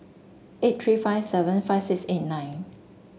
eight three five seven five six eight nine